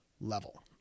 level